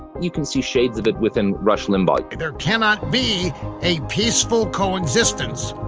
you can see shades of it within rush limbaugh there cannot be a peaceful coexistence